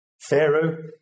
Pharaoh